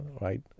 right